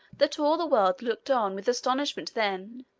that all the world looked on with astonishment then,